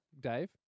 Dave